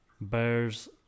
bears